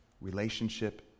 relationship